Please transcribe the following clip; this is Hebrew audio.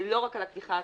זה לא רק על הקדיחה עצמה,